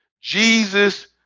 Jesus